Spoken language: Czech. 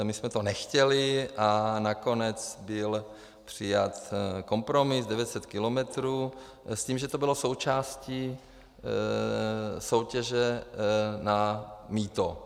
My jsme to nechtěli a nakonec byl přijat kompromis 900 kilometrů s tím, že to bylo součástí soutěže na mýto.